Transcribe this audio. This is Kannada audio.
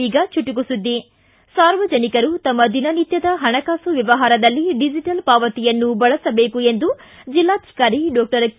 ಈಗ ಚುಟುಕು ಸುದ್ಗಿ ಸಾರ್ವಜನಿಕರು ತಮ್ನ ದಿನನಿತ್ಯದ ಹಣಕಾಸು ವ್ವವಹಾರದಲ್ಲಿ ಡಿಜಿಟಲ್ ಪಾವತಿಯನ್ನು ಬಳಸಬೇಕು ಎಂದು ಜಿಲ್ಲಾಧಿಕಾರಿ ಡಾಕ್ಟರ್ ಕೆ